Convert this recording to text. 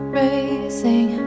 racing